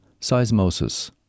Seismosis